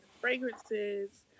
fragrances